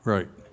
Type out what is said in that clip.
Right